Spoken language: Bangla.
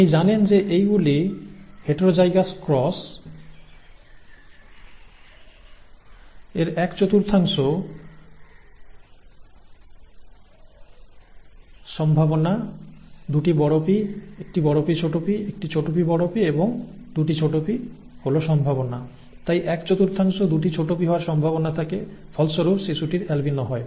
আপনি জানেন যে এইগুলি হেটারোজাইগাস ক্রস এর এক চতুর্থাংশ সম্ভাবনা PP Pp pP এবং pp হল সম্ভাবনা তাই এক চতুর্থাংশ pp হওয়ার সম্ভাবনা থাকে ফলস্বরূপ শিশুটির আলবিনো হয়